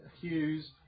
Hughes